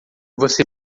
você